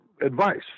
advice